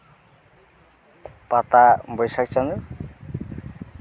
ᱯᱟᱛᱟ ᱵᱟᱹᱭᱥᱟᱹᱠᱷ ᱪᱟᱸᱫᱳ